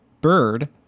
bird